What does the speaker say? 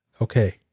okay